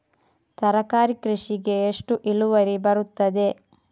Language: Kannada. ತರಕಾರಿ ಕೃಷಿಗೆ ಎಷ್ಟು ಇಳುವರಿ ಬರುತ್ತದೆ?